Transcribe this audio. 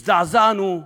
הזדעזענו.